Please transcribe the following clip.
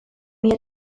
mila